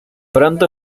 pronto